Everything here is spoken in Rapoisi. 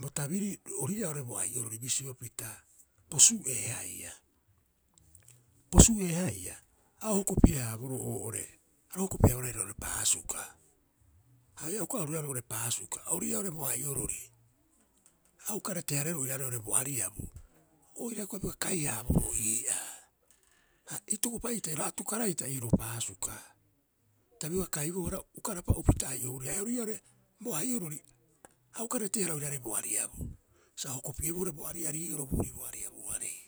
Bo tabiri ori ii'aa oo'ore bo ai'orori bisio pita posu'ee haia. Posu'ee haia a o hokopie- haaboroo oo'ore ha ro hokopi'e- haaboroo roo'ore paasuka, haia uka oru roira roo'ore paasuka ori ii'aa oo'ore bo ai'orori, a uka rete- hareeroo oiraaei oo'ore bo ariabu. Oira hioko'i a bioga kai- haaboroo ii'aa, ha itokopa'ita a atukara'ita ii'roo paasuka, ta bioga kaibohara uka rapa'upita ai'ohurii. Haia ori ii'aa oo'ore bo ai'orori a uka reteehara oiraarei oo'ore bo ariabu, sa o hokopi'eeboo oo'ore bo ari'arii'oro boorii bo ariabuarei.